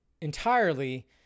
entirely